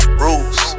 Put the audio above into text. Rules